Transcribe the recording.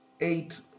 eight